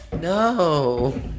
no